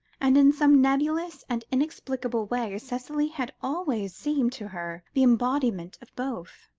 and in some nebulous and inexplicable way, cicely had always seemed to her the embodiment of both.